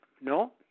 No